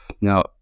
Now